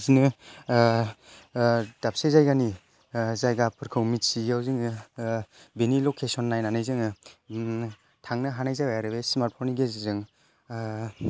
बिदिनो दाबसे जायगानि जायगाफोरखौ मिथियैयाव जोङो बिनि लकेसन नायनानै जोङो थांनो हानाय जाबाय आरो बे स्मार्तफन नि गेजेरजों